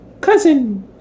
cousin